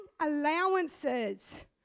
allowances